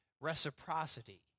reciprocity